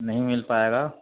نہیں مل پائے گا